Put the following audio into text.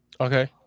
Okay